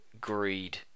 greed